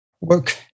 work